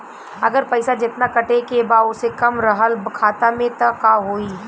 अगर पैसा जेतना कटे के बा ओसे कम रहल खाता मे त का होई?